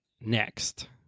Next